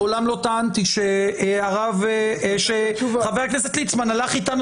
מעולם לא טענתי שחה"כ ליצמן הלך איתנו